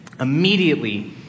Immediately